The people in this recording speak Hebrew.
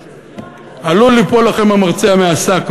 עלול ליפול לכם המרצע מהשק,